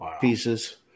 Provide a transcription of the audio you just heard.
pieces